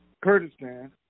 Kurdistan